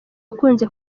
ukunze